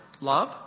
love